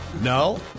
No